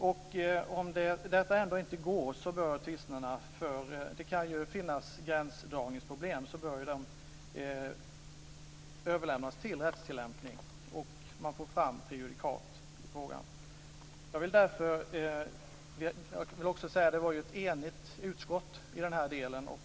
Om detta ändå inte går - det kan ju finnas gränsdragningsproblem - bör tvisterna överlämnas för rättstillämpning så att det blir prejudikat i frågan. Utskottet var enigt i denna del.